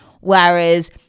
Whereas